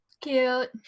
cute